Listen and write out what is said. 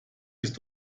ist